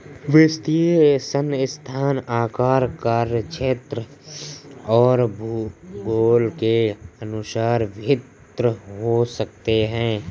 वित्तीय संस्थान आकार, कार्यक्षेत्र और भूगोल के अनुसार भिन्न हो सकते हैं